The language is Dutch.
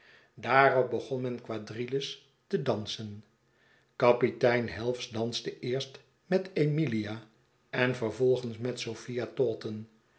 daarop begon men quadrilles te dansen kapitein helves danste eerst met emilia en vervolgens met sophia